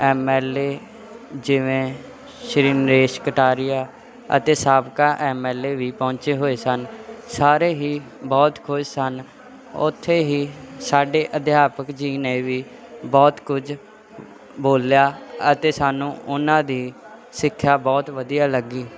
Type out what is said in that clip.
M L A ਜਿਵੇਂ ਸ਼੍ਰੀ ਨਰੇਸ਼ ਕਟਾਰੀਆ ਅਤੇ ਸਾਬਕਾ ਐਮ ਐਲ ਏ ਵੀ ਪਹੁੰਚੇ ਹੋਏ ਸਨ ਸਾਰੇ ਹੀ ਬਹੁਤ ਖੁਸ਼ ਸਨ ਉੱਥੇ ਹੀ ਸਾਡੇ ਅਧਿਆਪਕ ਜੀ ਨੇ ਵੀ ਬਹੁਤ ਕੁਝ ਬੋਲਿਆ ਅਤੇ ਸਾਨੂੰ ਉਹਨਾਂ ਦੀ ਸਿੱਖਿਆ ਬਹੁਤ ਵਧੀਆ ਲੱਗੀ